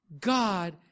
God